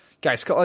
Guys